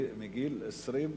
מגיל 22?